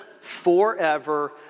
forever